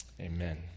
amen